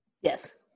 Yes